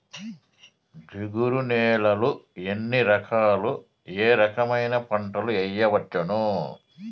జిగురు నేలలు ఎన్ని రకాలు ఏ రకమైన పంటలు వేయవచ్చును?